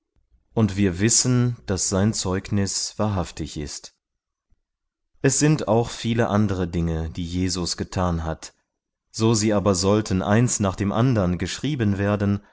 und wir wissen daß sein zeugnis wahrhaftig ist es sind auch viele andere dinge die jesus getan hat so sie aber sollten eins nach dem andern geschrieben werden